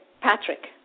Patrick